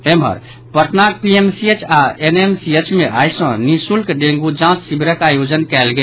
एम्हर पटनाक पीएमसीएच आओर एनएमसीएच मे आई सँ निःशुल्क डेंगू जांच शिविरक आयोजन कयल गेल